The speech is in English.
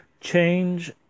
Change